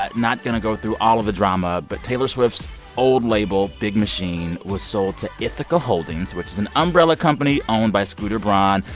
but not going to go through all of the drama, but taylor swift's old label, big machine, was sold to ithaca holdings, which is an umbrella company owned by scooter braun,